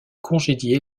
congédié